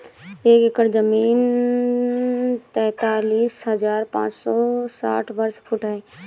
एक एकड़ जमीन तैंतालीस हजार पांच सौ साठ वर्ग फुट है